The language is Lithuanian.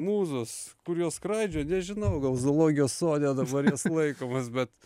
mūzos kur jos skraidžioja nežinau gal zoologijos sode dabar laikomos bet